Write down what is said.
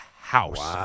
house